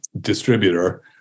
distributor